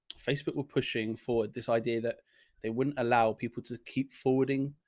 facebook were pushing forward this idea that they wouldn't allow people to keep forwarding,